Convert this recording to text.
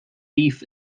beef